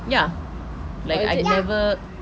ya like I never